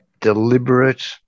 deliberate